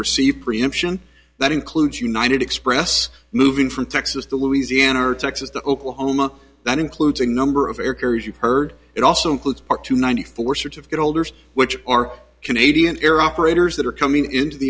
sea preemption that includes united express moving from texas to louisiana or texas to oklahoma that includes a number of air carriers you've heard it also includes our two ninety four certificate holders which are canadian air operators that are coming into the